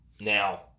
Now